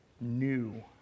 new